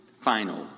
final